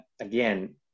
again